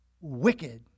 wicked